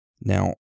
Now